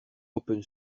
open